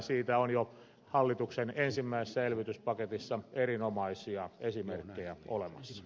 siitä on jo hallituksen ensimmäisessä elvytyspaketissa erinomaisia esimerkkejä olemassa